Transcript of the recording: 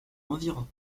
environ